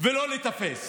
ולא להיתפס?